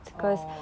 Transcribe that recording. oh